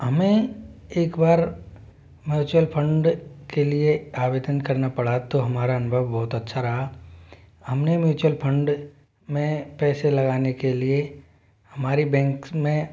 हमें एक बार म्युचुअल फंड के लिए आवेदन करना पड़ा तो हमारा अनुभव बहुत अच्छा रहा हमने म्युचुअल फंड में पैसे लगाने के लिए हमारी बैंक्स में